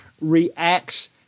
reacts